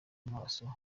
amaso